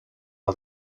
all